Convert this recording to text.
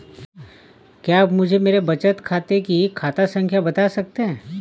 क्या आप मुझे मेरे बचत खाते की खाता संख्या बता सकते हैं?